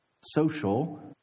social